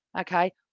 Okay